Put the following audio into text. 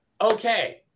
Okay